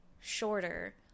shorter